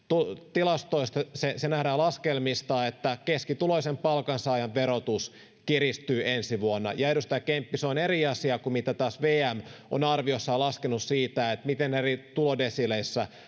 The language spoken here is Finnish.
tilastoista se se nähdään laskelmista että keskituloisen palkansaajan verotus kiristyy ensi vuonna ja edustaja kemppi se on eri asia kuin se mitä taas vm on arviossaan laskenut siitä miten eri tulodesiileissä